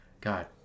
God